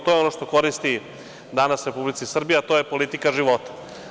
To je ono što koristi danas Republici Srbiji, a to je politika života.